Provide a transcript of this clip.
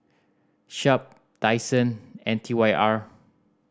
Sharp Daiso and T Y R